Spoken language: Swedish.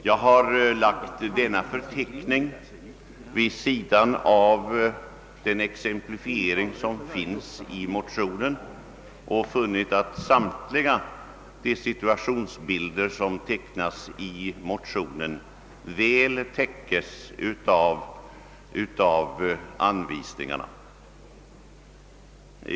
Jag har lagt denna förteckning vid sidan av den exemplifiering som finns i motionen och funnit att samtliga de situationsbilder som tecknas i motionen väl täckes av anvisningarna.